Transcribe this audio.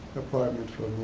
apartment